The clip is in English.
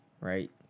right